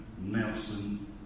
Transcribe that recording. Nelson